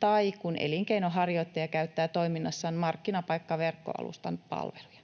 tai kun elinkeinonharjoittaja käyttää toiminnassaan markkinapaikkaverkkoalustan palveluja.